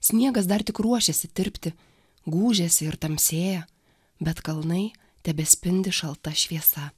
sniegas dar tik ruošėsi tirpti gūžiasi ir tamsėja bet kalnai tebespindi šalta šviesa